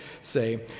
say